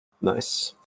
Nice